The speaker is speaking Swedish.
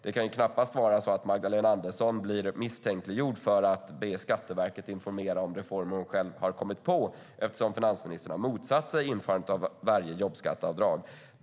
Det kan ju knappast vara så att Magdalena Andersson blir misstänkt för att be Skatteverket informera om reformer hon själv har kommit på eftersom hon har motsatt sig införandet av varje jobbskatteavdrag.